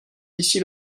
ici